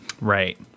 Right